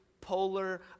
polar